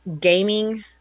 gaming